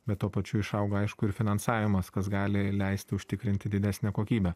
bet tuo pačiu išaugo aišku ir finansavimas kas gali leist užtikrinti didesnę kokybę